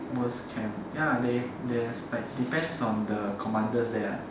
worst camp ya they they have like depends on the commanders there lah